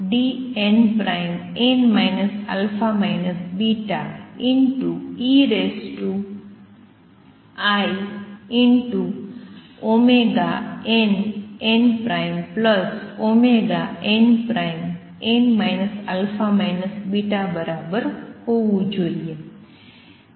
આ nCnnDnn α βeinnnn α β બરાબર હોવું જોઈએ